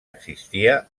existia